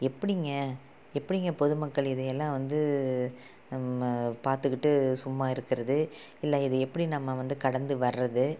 எப்படிங்க எப்படிங்க பொதுமக்கள் இதையெல்லாம் வந்து பார்த்துக்கிட்டு சும்மா இருக்கிறது இல்லை இது எப்படி நம்ம வந்து கடந்து வர்றது